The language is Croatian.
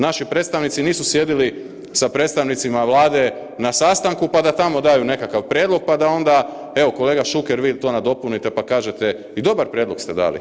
Naši predstavnici nisu sjedili sa predstavnicima Vlade na sastanku pa da tamo daju nekakav prijedlog pa da onda evo, kolega Šuker, vi to nadopunite pa kažete, i dobar prijedlog ste dali.